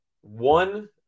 one